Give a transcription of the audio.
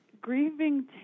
grieving